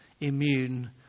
immune